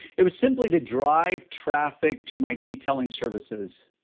it was simply to drive traffic to my detailing services,